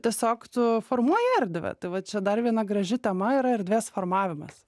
tiesiog tu formuoji erdvę tai va čia dar viena graži tema yra erdvės formavimas